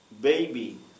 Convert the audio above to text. baby